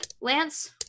Lance